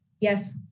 yes